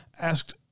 Asked